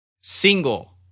Single